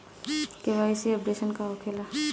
KYC updation का होखेला?